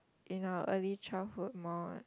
in our early childhood more